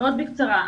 מאוד בקצרה.